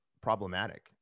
problematic